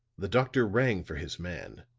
the doctor rang for his man,